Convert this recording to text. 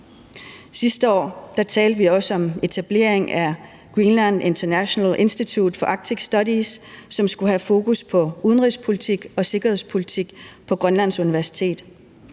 Sidste år talte vi også om etableringen af Greenland International Institute for Arctic Studies, som skulle have fokus på udenrigspolitik og sikkerhedspolitik, på Grønlands universitet.